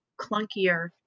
clunkier